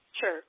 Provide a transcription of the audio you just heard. Sure